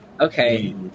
Okay